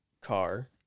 car